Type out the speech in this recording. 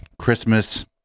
Christmas